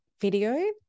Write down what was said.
video